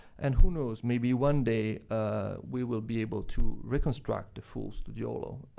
and who knows? maybe one day we will be able to reconstruct the full studiolo.